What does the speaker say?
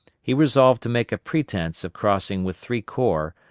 he resolved to make a pretence of crossing with three corps,